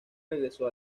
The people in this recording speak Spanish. regresó